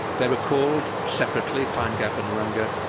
they were called separately, pine gap and urunga,